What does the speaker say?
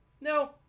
No